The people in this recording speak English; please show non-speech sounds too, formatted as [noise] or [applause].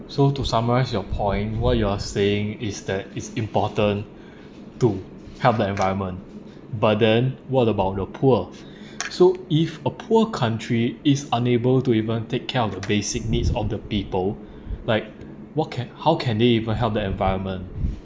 so to summarise your point what you are saying is that it's important [breath] to help the environment but then what about the poor [breath] so if a poor country is unable to even take care of the basic needs of the people [breath] like what can how can they even help the environment